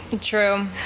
True